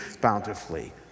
bountifully